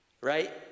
right